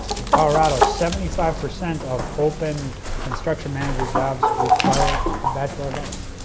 in colorado, seventy five percent of open construction manager jobs require a bachelor of arts.